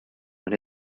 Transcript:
when